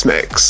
Mix